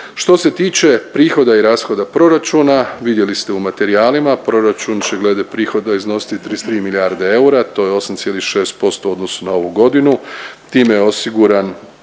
Što se tiče prihoda i rashoda proračuna, vidjeli ste u materijalima, proračun će glede prihoda iznositi 33 milijarde eura, to je 8,6% u odnosu na ovu godinu, time je osiguran